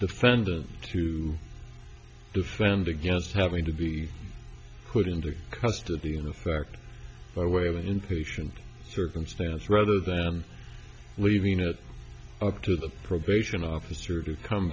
defendant to defend against having to be put into custody in effect by way of an inpatient circumstance rather than leaving it up to the probation officer to come